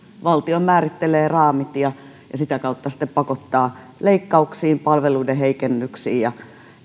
valtio määrittelee raamit ja ja sitä kautta sitten pakottaa leikkauksiin palveluiden heikennyksiin ja